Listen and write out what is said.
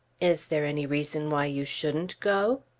is there any reason why you shouldn't go?